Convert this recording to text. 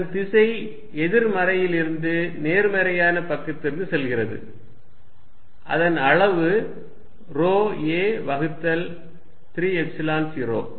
அதன் திசை எதிர்மறையிலிருந்து நேர்மறையான பக்கத்திற்கு செல்கிறது அதன் அளவு ρ a வகுத்தல் 3 எப்சிலன் 0